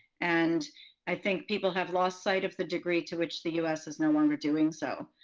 and i think people have lost sight of the degree to which the us is no longer doing so.